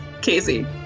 Casey